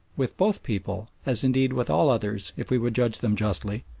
with both people, as indeed with all others if we would judge them justly,